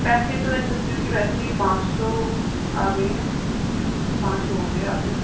پیسے تو اِن سبزیوں کے ویسے پانچ سو آ گئے ہیں پانچ سو ہو گئے آپ کے